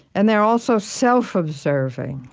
and they're also self-observing